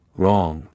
wrong